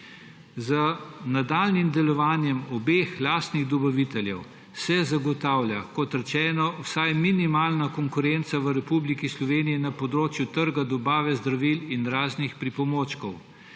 Z nadaljnjim delovanjem obeh lastnih dobaviteljev se zagotavlja, kot rečeno, vsaj minimalna konkurenca v Republiki Sloveniji na področju trga dobave zdravil in raznih pripomočkov,